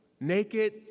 naked